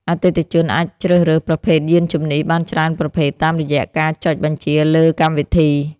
អតិថិជនអាចជ្រើសរើសប្រភេទយានជំនិះបានច្រើនប្រភេទ តាមរយៈការចុចបញ្ជាលើកម្មវិធី។